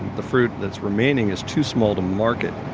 the fruit that's remaining is too small to market.